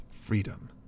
freedom